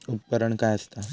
उपकरण काय असता?